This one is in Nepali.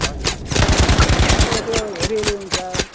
हजुर अब त्यो हेरी हेरी हुन्छ